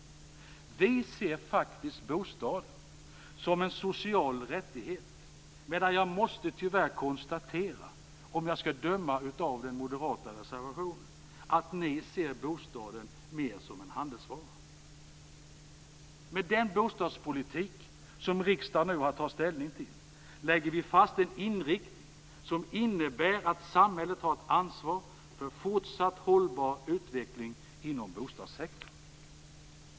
Vi ser bostaden som en social rättighet. Om jag skall döma av den moderata reservationen måste jag tyvärr konstatera att ni ser bostaden mer som en handelsvara. Med den bostadspolitik som riksdagen nu har att ta ställning till lägger vi fast en inriktning som innebär att samhället har ett ansvar för en fortsatt hållbar utveckling inom bostadssektorn.